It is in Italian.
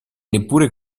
neppure